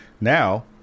Now